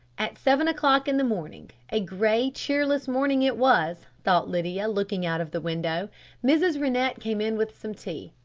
at seven o'clock in the morning a grey, cheerless morning it was, thought lydia, looking out of the window mrs. rennett came in with some tea.